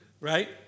right